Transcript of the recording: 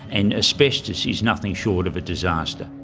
and asbestos is nothing short of a disaster.